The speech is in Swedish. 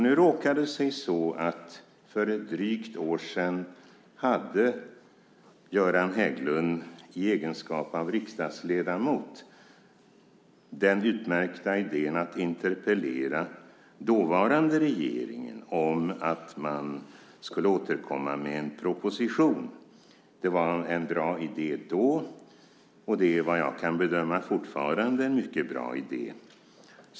Nu råkar det vara så att för drygt ett år sedan hade Göran Hägglund i egenskap av riksdagsledamot den utmärkta idén att interpellera den dåvarande regeringen om att man skulle återkomma med en proposition. Det var en bra idé då, och det är vad jag kan bedöma fortfarande en mycket bra idé.